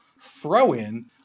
throw-in